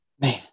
Man